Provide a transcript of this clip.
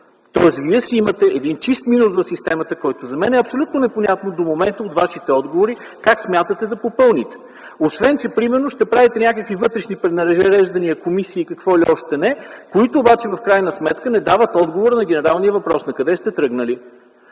Тоест вие си имате един чист минус в системата, който за мен е абсолютно непонятно до момента от Вашите отговори как смятате да попълните, освен че примерно ще правите някакви вътрешни пренареждания, комисии и какво ли още не, които обаче в крайна сметка не дават отговора на генералния въпрос: накъде сте тръгнали?